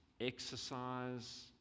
Exercise